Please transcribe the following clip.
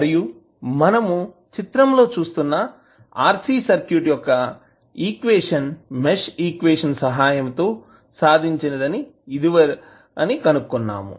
మరియు మనము చిత్రంలో చూస్తున్న RC సర్క్యూట్ యొక్క ఈక్వేషన్ మెష్ ఈక్వేషన్ సహాయంతో సాధించినది అని కనుగొన్నాము